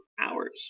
hours